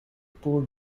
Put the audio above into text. poor